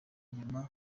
nyuma